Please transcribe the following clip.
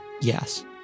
Yes